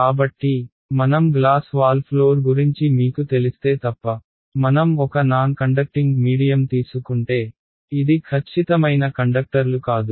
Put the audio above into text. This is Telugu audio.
కాబట్టి మనం గ్లాస్ వాల్ ఫ్లోర్ గురించి మీకు తెలిస్తే తప్ప మనం ఒక నాన్ కండక్టింగ్ మీడియం తీసుకుంటే ఇది ఖచ్చితమైన కండక్టర్లు కాదు